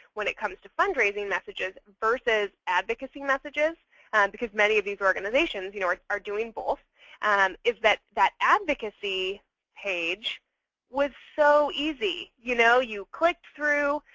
when it comes to fundraising messages versus advocacy messages because many of these organizations you know are are doing both and is that that advocacy page was so easy. you know you clicked through.